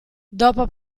dopo